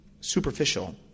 superficial